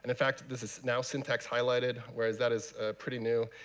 and fact, this is now syntax highlighted, whereas that is pretty new.